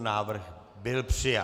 Návrh byl přijat.